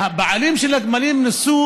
הבעלים של הגמלים ניסו